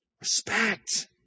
Respect